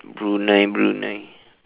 brunei brunei